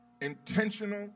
intentional